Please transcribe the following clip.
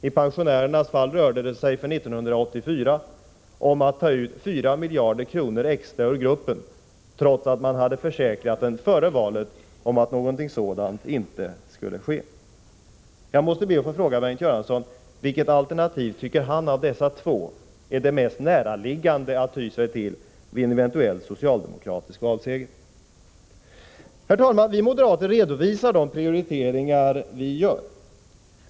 I pensionärernas fall rörde det sig för 1984 om att ta ut 4 miljarder kronor extra ur gruppen, trots att de före valet hade försäkrats att någonting sådant inte skulle ske. Jag måste be att få fråga Bengt Göransson: Vilket alternativ av dessa två tycker Bengt Göransson är det mest närliggande vid en eventuell socialdemokratisk valseger? Herr talman! Vi moderater redovisar de prioriteringar vi gör.